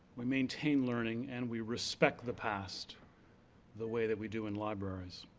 we maintain learning, and we respect the past the way that we do in libraries.